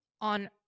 on